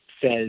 says